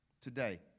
today